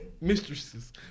Mistresses